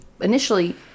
initially